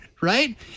right